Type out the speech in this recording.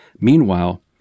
Meanwhile